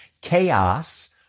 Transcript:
Chaos